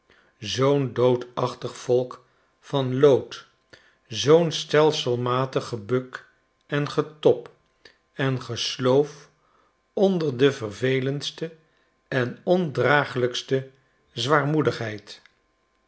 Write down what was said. zoo'n doodachtig volk van lood zoo'n stelselmatig gebuk en getob en gesloof onder de vervelendste en ondraaglijkste zwaarmoedigheid